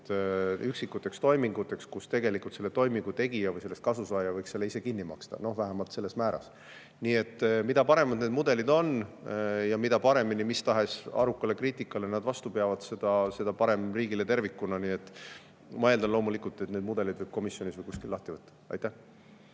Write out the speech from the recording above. üksikuteks toiminguteks, kui tegelikult võiks toimingu tegija või sellest kasusaaja selle ise kinni maksta, vähemalt selles määras. Nii et mida paremad need mudelid on ja mida paremini need mis tahes arukale kriitikale vastu peavad, seda parem riigile tervikuna. Ma eeldan, loomulikult, et need mudelid võib komisjonis või kuskil lahti võtta. Aitäh!